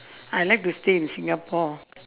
I like to stay in singapore